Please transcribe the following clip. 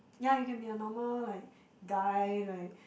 ya you can be a normal like guy like